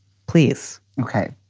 please. ok.